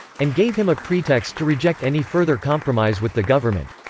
and gave him a pretext to reject any further compromise with the government.